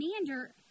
commander